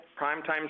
Primetime